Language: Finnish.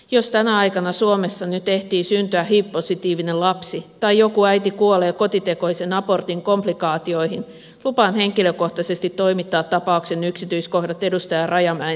jos tänä aikana suomessa nyt ehtii syntyä hiv positiivinen lapsi tai joku äiti kuolee kotitekoisen abortin komplikaatioihin lupaan henkilökohtaisesti toimittaa tapauksen yksityiskohdat edustaja rajamäen tietoon